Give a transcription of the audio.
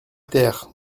terre